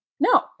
No